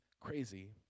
crazy